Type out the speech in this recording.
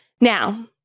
Now